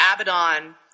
Abaddon